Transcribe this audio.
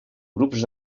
grups